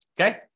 Okay